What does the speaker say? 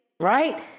right